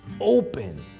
open